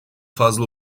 fazla